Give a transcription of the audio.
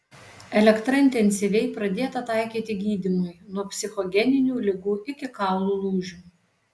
elektra intensyviai pradėta taikyti gydymui nuo psichogeninių ligų iki kaulų lūžių